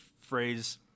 phrase